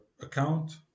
account